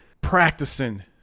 practicing